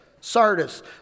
sardis